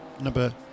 number